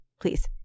Please